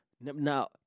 Now